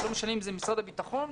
ולא משנה אם זה משרד הביטחון,